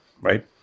right